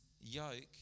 yoke